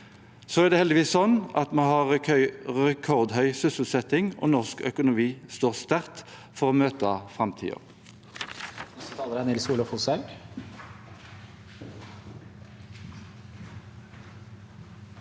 Så er det heldigvis slik at vi har rekordhøy sysselsetting, og norsk økonomi står sterkt for å møte framtiden.